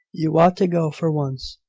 you ought to go, for once.